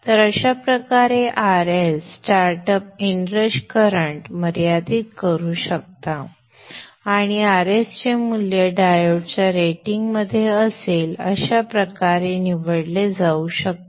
तर अशाप्रकारे हे Rs स्टार्टअप इनरश करंट मर्यादित करू शकतात आणि Rs चे मूल्य डायोड्सच्या रेटिंगमध्ये असेल अशा प्रकारे निवडले जाऊ शकते